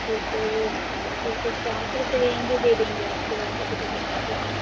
जी तो ठीक है चार सौ रुपए लेंगे दे देंगे आपको वैसे तो पचास रुपए के